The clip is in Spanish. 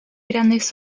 grandes